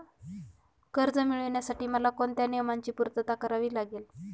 कर्ज मिळविण्यासाठी मला कोणत्या नियमांची पूर्तता करावी लागेल?